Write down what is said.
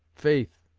faith,